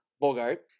Bogart